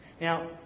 Now